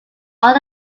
all